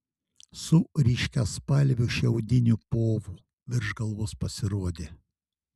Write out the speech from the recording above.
su ryškiaspalviu šiaudiniu povu virš galvos pasirodė